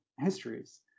histories